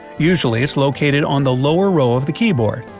usually, it's located on the lower row of the keyboard.